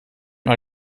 mal